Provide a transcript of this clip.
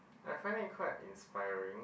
I find it quite inspiring